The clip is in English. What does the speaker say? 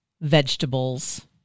vegetables